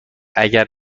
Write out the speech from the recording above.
اگر